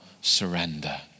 surrender